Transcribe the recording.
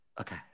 Okay